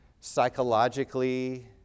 Psychologically